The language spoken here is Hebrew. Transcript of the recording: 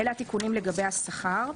אלה התיקונים לגבי השכר.